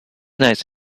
nice